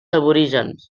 aborígens